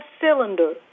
cylinder